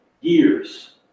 years